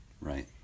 Right